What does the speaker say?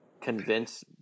convince